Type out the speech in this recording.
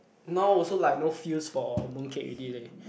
now also like no feels for moon cake already leh